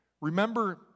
Remember